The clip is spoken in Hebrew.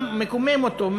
מקומם אותו,